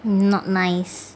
not nice